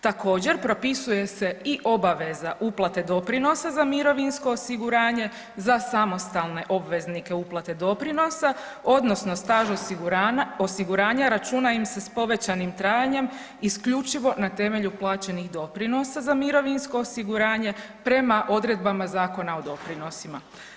Također propisuje se i obaveza uplate doprinosa za mirovinsko osiguranje za samostalne obveznike uplate doprinosa odnosno staž osiguranja računa im se s povećanim trajanjem isključivo na temelju plaćenih doprinosa za mirovinsko osiguranja prema odredbama Zakona o doprinosima.